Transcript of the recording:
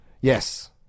Yes